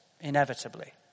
inevitably